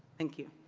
thank you.